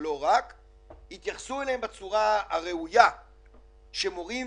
יתייחסו אליהם בצורה הראויה - שמורים